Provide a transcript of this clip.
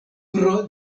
pro